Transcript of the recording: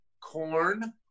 corn